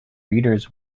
readers